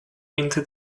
into